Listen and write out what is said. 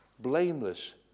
blameless